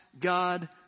God